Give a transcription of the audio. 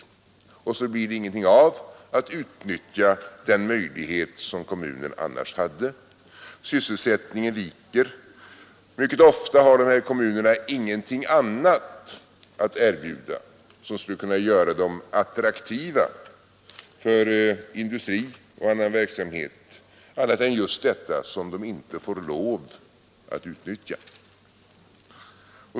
Därför blir det inget utnyttjande av den möjlighet som kommunen annars skulle ha. Mycket ofta har dessa kommuner ingenting att erbjuda som skulle kunna göra dem attraktiva för industri och annan verksamhet än just det som de inte får lov att utnyttja.